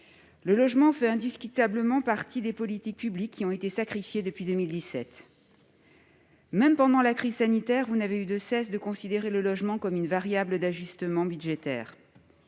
Le logement fait indiscutablement partie des politiques publiques sacrifiées depuis 2017. Même pendant la crise sanitaire, vous n'avez eu de cesse de le considérer comme une variable d'ajustement budgétaire.